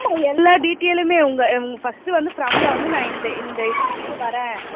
ஆமாம் உங்கள் எல்லா டீட்டெய்லுமே உங்கள் உங்கள் ஃபஸ்ட்டு வந்து ஃப்ரமில் வந்து நான் இந்த இந்த இதுலேருந்து வர்றேன்